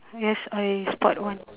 yes I spot one